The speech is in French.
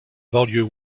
banlieue